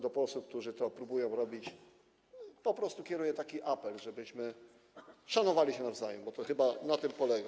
Do posłów, którzy to próbują robić, po prostu kieruję taki apel, żebyśmy szanowali się nawzajem, bo chyba rzecz na tym polega.